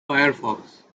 firefox